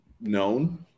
known